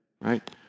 right